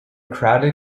crowded